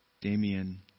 Damien